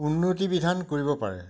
উন্নতিবিধান কৰিব পাৰে